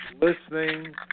listening